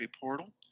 portal